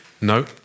No